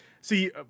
see